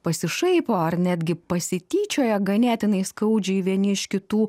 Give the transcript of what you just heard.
pasišaipo ar netgi pasityčioję ganėtinai skaudžiai vieni iš kitų